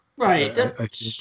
Right